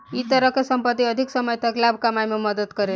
ए तरह के संपत्ति अधिक समय तक लाभ कमाए में मदद करेला